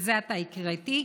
שזה עתה הקראתי,